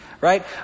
right